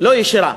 לא ישירה,